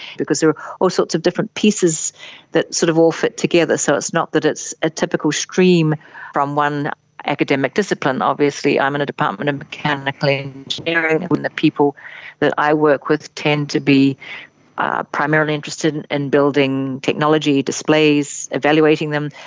because there are all sorts of different pieces that sort of all fit together, so it's not that it's a typical stream from one academic discipline. obviously i am in a department of mechanical engineering, and the people that i work with tend to be primarily interested in and building technology displays, evaluating them.